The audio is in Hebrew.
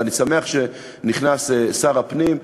אני שמח שנכנס שר הפנים.